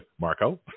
Marco